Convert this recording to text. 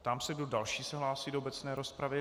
Ptám se, kdo další se hlásí do obecné rozpravy.